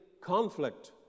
conflict